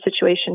situation